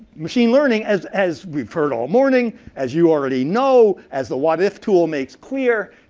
machine learning, as as we've heard all morning, as you already know, as the what if tool makes clear,